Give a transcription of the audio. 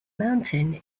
mountain